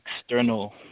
external